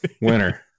Winner